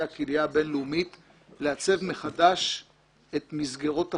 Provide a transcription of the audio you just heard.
הקהילייה הבין-לאומית לעצב מחדש את מסגרות החיים,